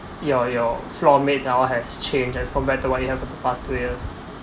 your your floor mates and all has changed as compared to what you have for the past two years